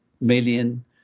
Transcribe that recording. million